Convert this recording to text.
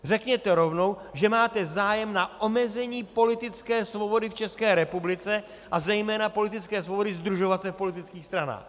Řekněte rovnou, že máte zájem na omezení politické svobody v České republice a zejména politické svobody sdružovat se v politických stranách.